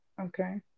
Okay